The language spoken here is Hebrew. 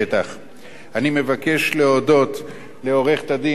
אני מבקש להודות לעורכת-הדין אפרת חקאק,